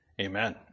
Amen